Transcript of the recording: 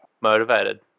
motivated